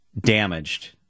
damaged